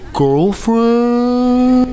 girlfriend